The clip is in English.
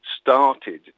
started